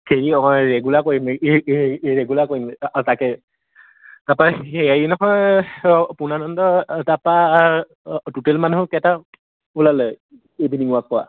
হেৰি অঁ ৰেগুলাৰ কৰিম ৰেগুলাৰ কৰিম অঁ তাকে তাৰপৰা হেৰি নহয় পুনানন্দ তাৰপৰা টোটেল মানুহ কেইটা ওলালে ইভিননিং ৱাক কৰা